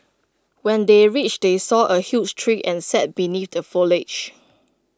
when they reached they saw A huge tree and sat beneath the foliage